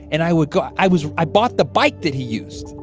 and i would go i was i bought the bike that he used,